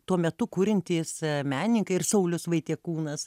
tuo metu kuriantys meninkai ir saulius vaitiekūnas